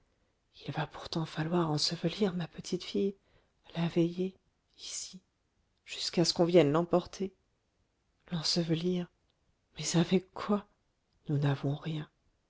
il va pourtant falloir ensevelir ma petite fille la veiller ici jusqu'à ce qu'on vienne l'emporter l'ensevelir mais avec quoi nous n'avons rien